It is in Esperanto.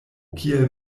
kiel